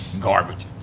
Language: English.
Garbage